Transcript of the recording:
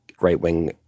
right-wing